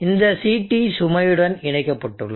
இந்த CT சுமையுடன் இணைக்கப்பட்டுள்ளது